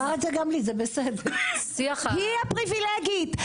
היא הפריבילגית,